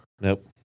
Nope